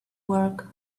work